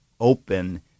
open